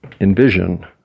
envision